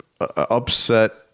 Upset